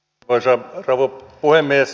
arvoisa rouva puhemies